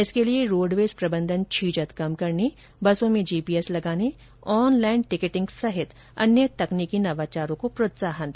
इसके लिए रोडवेज प्रबंधन छीजत कम करने बसों में जीपीएस लगाने ऑनलाइन टिकटिंग सहित अन्य तकनीकी नवाचारों को प्रोत्साहन दे